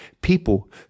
people